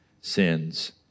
sins